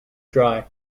dry